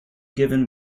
given